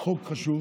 חוק חשוב